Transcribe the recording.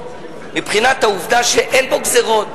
מבחינת העובדה שאין בו גזירות.